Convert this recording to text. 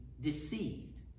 deceived